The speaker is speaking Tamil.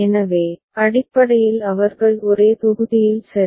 எனவே அடிப்படையில் அவர்கள் ஒரே தொகுதியில் சரி